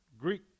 Greek